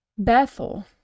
Bethel